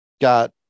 got